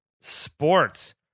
sports